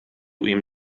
ihm